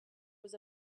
was